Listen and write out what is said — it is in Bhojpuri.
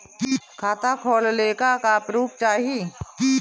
खाता खोलले का का प्रूफ चाही?